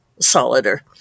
solider